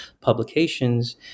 publications